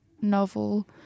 novel